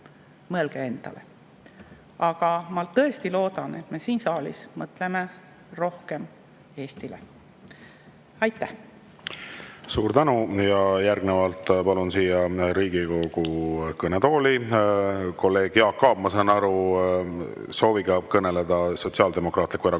mõelge endale. Aga ma tõesti loodan, et me siin saalis mõtleme rohkem Eestile. Aitäh! Suur tänu! Järgnevalt palun siia Riigikogu kõnetooli kolleeg Jaak Aabi. Ma saan aru, et soov on kõneleda Sotsiaaldemokraatliku Erakonna